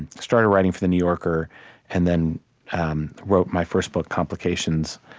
and started writing for the new yorker and then um wrote my first book, complications,